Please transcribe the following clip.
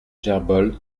gerbold